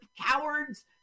cowards